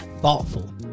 thoughtful